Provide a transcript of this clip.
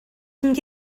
sydd